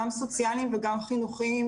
גם סוציאליים וגם חינוכיים,